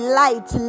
light